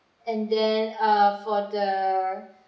and then uh for the